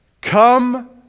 come